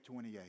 28